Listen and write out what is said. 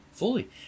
Fully